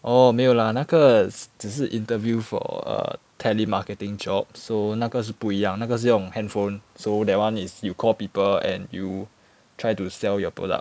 orh 没有 lah 那个只是 interview for a tele marketing job so 那个是不一样那个是用 handphone so that [one] is you call people and you try to sell your product